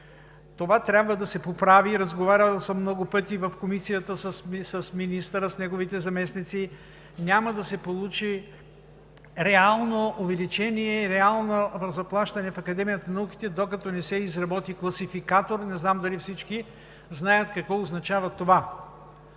Това трябва да се поправи. В Комисията много пъти съм разговарял с министъра, с неговите заместници и няма да се получи реално увеличение и реално заплащане в Академията на науките, докато не се изработи класификатор. Не знам дали всички знаят какво означава това.